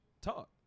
talk